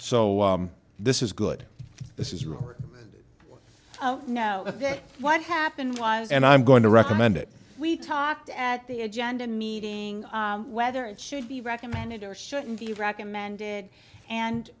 so this is good this is real oh no what happened was and i'm going to recommend it we talked at the agenda meeting whether it should be recommended or shouldn't be recommended and